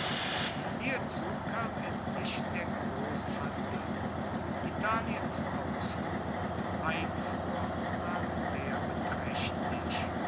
hierzu kam endlich der großhandel italiens ausfuhr und einfuhr waren sehr beträchtlich